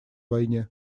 войне